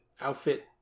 outfit